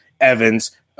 Evans